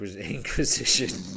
Inquisition